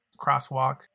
crosswalk